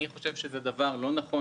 אני חושב שזה דבר לא נכון.